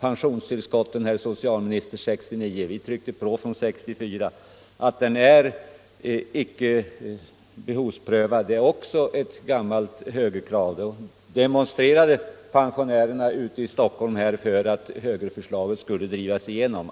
pensionstillskotten, herr socialminister, och vi hade tryckt på från 1964. Att det icke skulle vara någon behovsprövning var också ett gammalt högerkrav — och då demonstrerade pensionärerna i Stockholm för att högerförslaget skulle drivas igenom.